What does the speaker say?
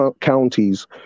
counties